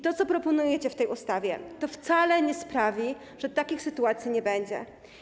To, co proponujecie w tej ustawie, wcale nie sprawi, że takich sytuacji nie będzie.